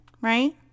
right